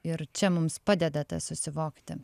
ir čia mums padedate susivokti